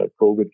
COVID